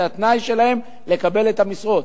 זה התנאי שלהם לקבלת המשרות.